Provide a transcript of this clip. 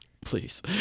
please